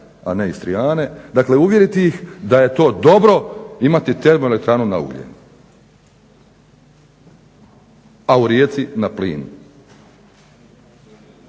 a ne Istrijane dakle uvjeriti ih da je to dobro imati TE na ugljen, a u Rijeci na plin.